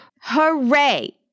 Hooray